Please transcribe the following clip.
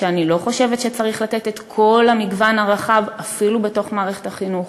שאני לא חושבת שצריך לתת את כל המגוון הרחב אפילו בתוך מערכת החינוך,